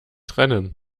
trennen